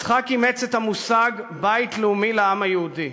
יצחק אימץ את המושג "בית לאומי לעם היהודי",